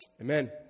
Amen